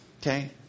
Okay